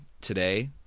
today